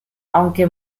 aunque